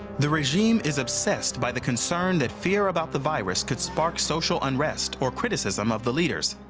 the regime is obsessed by the concern that fear about the virus could spark social unrest or criticism of the leaders